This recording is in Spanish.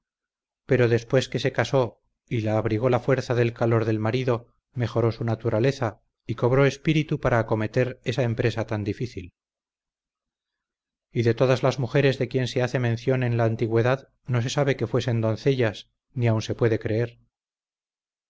pero después que se casó y la abrigó la fuerza del calor del marido mejoró su naturaleza y cobró espíritu para acometer esa empresa tan difícil y de todas las mujeres de quien se hace mención en la antigüedad no se sabe que fuesen doncellas ni aun se puede creer